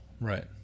Right